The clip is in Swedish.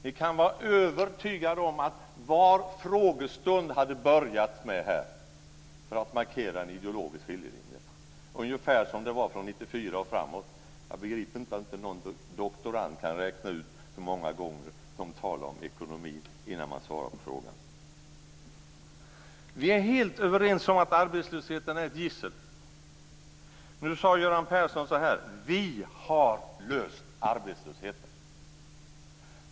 Vi kan vara övertygade om att varje frågestund hade börjat med en kommentar för att markera en ideologisk skiljelinje, ungefär som det var från 1994 och framåt. Jag begriper inte varför ingen doktorand kan räkna ut hur många gånger de talade om ekonomin innan de svarade på frågan. Vi är helt överens om att arbetslösheten är ett gissel. Nu sade Göran Persson så här: Vi har löst arbetslösheten.